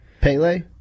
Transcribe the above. Pele